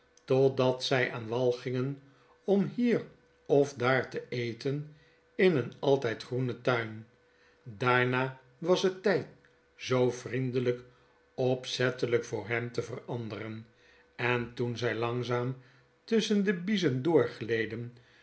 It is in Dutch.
totdat zy aan wal gingen om hier of daar te eten in een altijd groenen tuin daarna was het ty zoo vriendelyk opzettelyk voor hen te veranderen en toen zy langzaam tusschen de biezen door